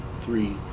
three